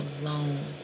alone